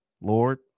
Lord